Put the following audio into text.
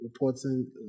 reporting